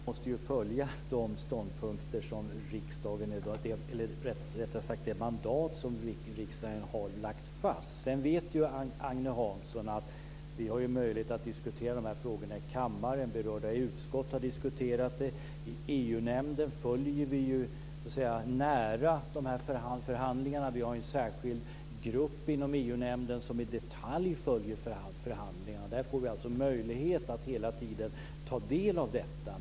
Herr talman! Det är naturligtvis så att regeringen måste följa det mandat som riksdagen har lagt fast. Sedan vet ju Agne Hansson att vi har möjlighet att diskutera de här frågorna i kammaren. Berörda utskott har diskuterat dem. I EU-nämnden följer vi ju förhandlingarna nära. Vi har en särskild grupp inom EU-nämnden som i detalj följer förhandlingarna och får därigenom möjlighet att hela tiden ta del av resultaten.